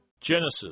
Genesis